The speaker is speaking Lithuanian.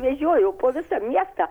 vežiojo po visą miestą